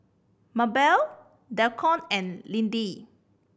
Mabelle Deacon and Lindy